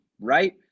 right